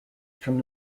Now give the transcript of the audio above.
from